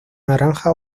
naranja